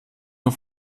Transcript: nur